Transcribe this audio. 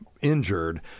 Injured